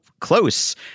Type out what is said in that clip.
close